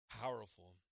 Powerful